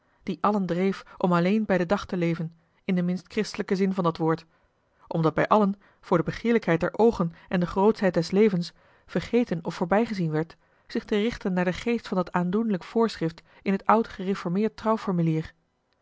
die allen dreef om alleen bij den dag a l g bosboom-toussaint de delftsche wonderdokter eel in den minst christelijken zin van dat woord omdat bij allen voor de begeerlijkheid der oogen en de grootschheid des levens vergeten of voorbijgezien werd zich te richten naar den geest van dat aandoenlijk voorschrift in het oud gereformeerd